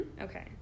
Okay